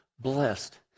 blessed